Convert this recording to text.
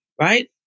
Right